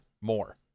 more